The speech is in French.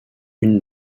une